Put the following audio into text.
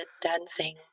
dancing